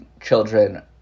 children